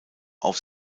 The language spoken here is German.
auf